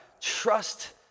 trust